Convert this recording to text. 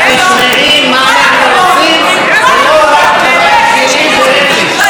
את תשמעי מה אנחנו עושים ולא רק דבר שלילי ורפש.